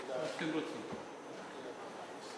בבקשה, חבר הכנסת מרגי.